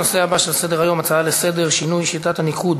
הנושא הבא על סדר-היום הוא: שינוי שיטת הניקוד